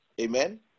Amen